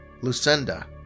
Lucinda